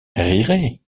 rirait